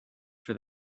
for